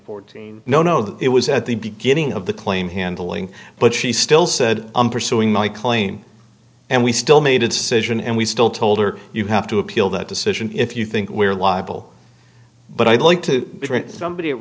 fourteen know that it was at the beginning of the claim handling but she still said i'm pursuing my claim and we still made a decision and we still told her you have to appeal that decision if you think we're liable but i'd like to somebody